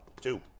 Two